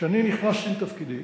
כשאני נכנסתי לתפקידי,